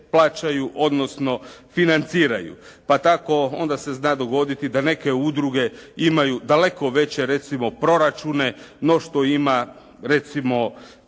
odnosno financiraju. Pa tako onda se zna dogoditi da neke udruge imaju daleko veće recimo proračune no što ima recimo